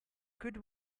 good